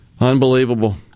Unbelievable